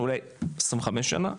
אולי 25 שנה,